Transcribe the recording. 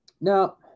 now